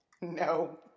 No